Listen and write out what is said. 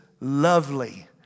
lovely